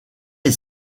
est